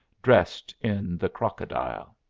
dressed in the crocodile.